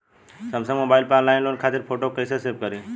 Samsung mobile में online loan खातिर photo कैसे सेभ करीं?